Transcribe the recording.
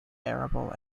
arable